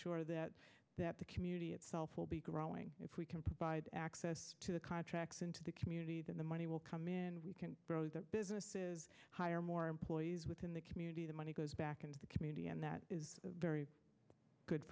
sure that that the community itself will be growing if we can provide access to the contracts into the community that the money will come in we can grow the business hire more employees within the community the money goes back into the community and that is a very good